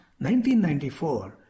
1994